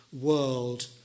world